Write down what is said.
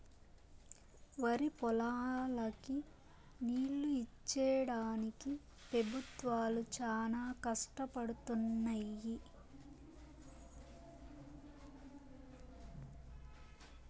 వరిపొలాలకి నీళ్ళు ఇచ్చేడానికి పెబుత్వాలు చానా కష్టపడుతున్నయ్యి